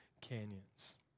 canyons